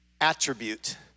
attribute